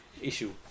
issue